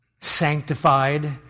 sanctified